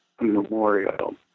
Memorial